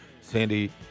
Sandy